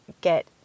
get